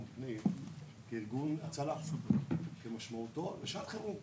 פנים כארגון הצלה כמשמעותו לשעת חירום.